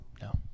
No